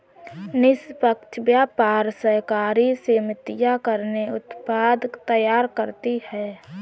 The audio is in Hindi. निष्पक्ष व्यापार सहकारी समितियां कितने उत्पाद तैयार करती हैं?